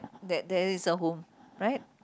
that there is a home right